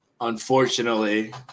Unfortunately